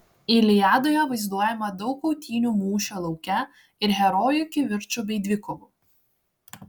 iliadoje vaizduojama daug kautynių mūšio lauke ir herojų kivirčų bei dvikovų